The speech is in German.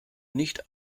nicht